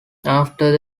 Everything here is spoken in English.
after